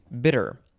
bitter